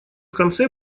конце